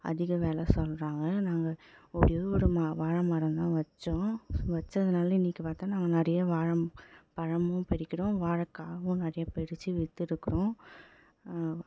அதிக வில சொல்கிறாங்க நாங்கள் ஒரே ஒரு ம வாழை மரம் தான் வச்சோம் வச்சதனால இன்றைக்கி பார்த்தா நாங்கள் நிறையா வாழை பழமும் பறிக்கிறோம் வாழைக்காவும் நிறைய பறித்து விற்றுருக்குறோம்